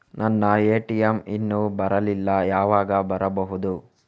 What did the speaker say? ನನ್ನ ಎ.ಟಿ.ಎಂ ಇನ್ನು ಬರಲಿಲ್ಲ, ಯಾವಾಗ ಬರಬಹುದು?